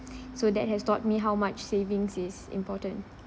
so that has taught me how much savings is important